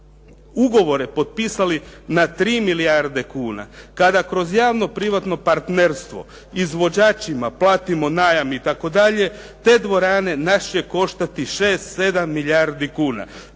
ugovore potpisali na 3 milijarde kuna. Kada kroz javno privatno partnerstvo izvođačima platimo najam itd. te dvorane nas će koštati 6-7 milijardi kuna.